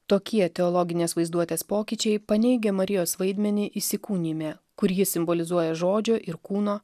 tokie teologinės vaizduotės pokyčiai paneigia marijos vaidmenį įsikūnijime kur ji simbolizuoja žodžio ir kūno